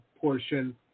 portion